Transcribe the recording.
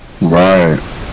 Right